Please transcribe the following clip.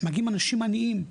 מגיעים אנשים עניים,